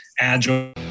agile